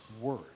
word